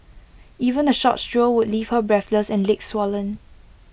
even A short stroll would leave her breathless and legs swollen